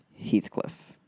Heathcliff